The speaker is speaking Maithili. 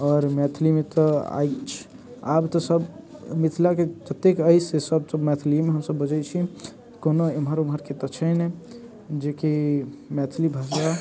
आओर मैथिलीमे तऽ अछि आब तऽ सभ मिथिलाके जतेक अछि से सभ हम सभ मैथलियेमे बजैत छी कोनो एम्हर ओम्हरके तऽ छै नहि जे कि मैथिली भाषा